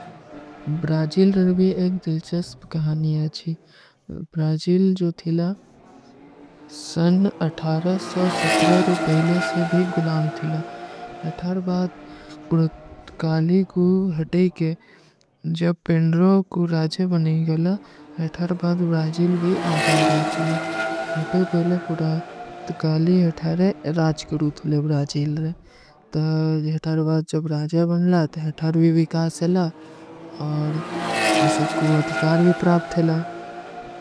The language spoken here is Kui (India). ବ୍ରାଜିଲ ରେ ଭୀ ଏକ ଦିଲ୍ଚସ୍ପ କହାନୀ ହୈ ଚୀ, ବ୍ରାଜିଲ ଜୋ ଥୀଲା ସନ ଅଠାର ସୋ ସତ୍ର ରୁପହେଲେ ସେ ଭୀ ଗୁଲାମ ଥୀଲା, ଅଥାର ବାଦ ପୁରତକାଲୀ କୂ ହଟେ କେ, ଜବ ପିନ୍ଡରୋ କୂ ରାଜେ ବନେ ଗଯଲା, ଅଥାର ବାଦ ବ୍ରାଜିଲ ଭୀ ଆଜାଦ ହୈ ଥୀଲା, ଅଥାର ବାଦ ପୁରତକାଲୀ ହଟେ ରେ ରାଜକରୂ ଥୁଲେ ବ୍ରାଜିଲ ରେ, ତୋ ଅଥାର ବାଦ ଜବ ରାଜେ ବନ ଲା, ତୋ ଅଥାର ଭୀ ଵିକାସ ହୈଲା, ଔର ସବକୋ ଅଧିକାର ଭୀ ପ୍ରାପ୍ଥ ହୈଲା।